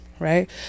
right